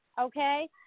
Okay